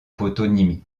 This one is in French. toponymie